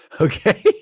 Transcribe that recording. Okay